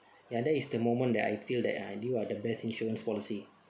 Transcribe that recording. ya that is the moment that I feel that ah you are the best insurance policy